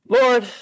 Lord